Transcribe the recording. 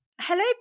Hello